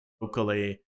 Locally